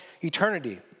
eternity